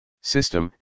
System